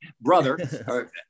brother